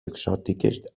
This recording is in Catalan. exòtiques